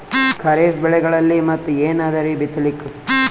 ಖರೀಫ್ ಬೆಳೆಗಳಲ್ಲಿ ಮತ್ ಏನ್ ಅದರೀ ಬಿತ್ತಲಿಕ್?